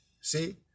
See